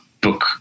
book